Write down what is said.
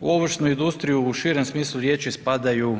U ovršnu industriju u širem smislu riječi spadaju